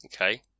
Okay